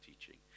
teaching